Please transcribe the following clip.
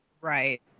Right